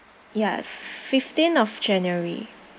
ya fifteen of january